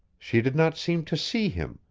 she did not seem to see him,